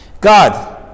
God